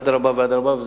אדרבה ואדרבה,